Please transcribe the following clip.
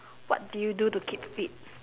what do you do to keep fit